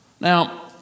Now